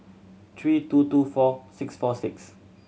three two two four six four six